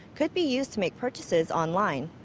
could be used to make purchases online.